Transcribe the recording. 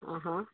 అహా